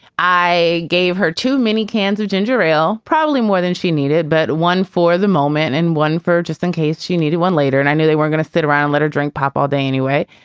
i gave her too many cans of ginger ale. probably more than she needed, but one for the moment and one for just in case she needed one later. and i knew they were gonna sit around, let her drink pop all day anyway.